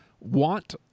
Want